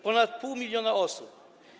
Ponad pół miliona osób.